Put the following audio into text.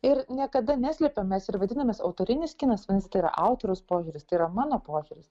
ir niekada neslepiam mes ir vadinamės autorinis kinas tai yra autoriaus požiūris tai yra mano požiūris